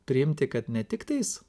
priimti kad ne tik tais